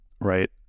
right